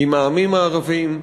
עם העמים הערביים.